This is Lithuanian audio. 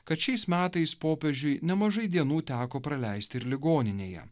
kad šiais metais popiežiui nemažai dienų teko praleisti ir ligoninėje